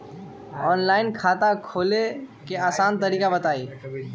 Online खाता खोले के आसान तरीका बताए?